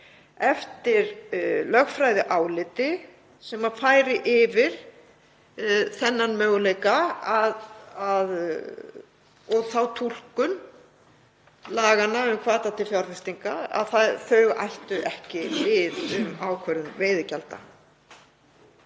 eftir lögfræðiáliti sem færi yfir þennan möguleika og þá túlkun laganna um hvata til fjárfestinga að þau ættu ekki við ákvörðun veiðigjalda.